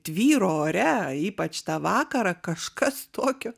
tvyro ore ypač tą vakarą kažkas tokio